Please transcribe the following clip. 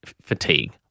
fatigue